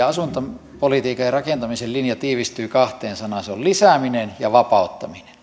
asuntopolitiikan ja rakentamisen linja tiivistyy kahteen sanaan ne ovat lisääminen ja vapauttaminen